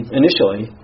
initially